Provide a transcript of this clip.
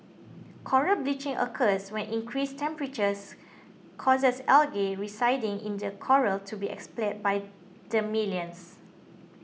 coral bleaching occurs when increased temperatures causes algae residing in the coral to be expelled by the millions